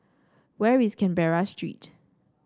where is Canberra Street